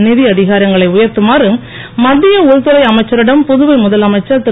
நிதி அதிகாரங்களை உயர்த்துமாறு மத்திய உள்துறை அமைச்சரிடம் புதுவை முதலமைச்சர் திரு